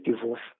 divorce